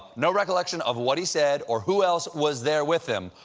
no recollection of what he said or who else was there with him.